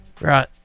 right